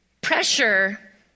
pressure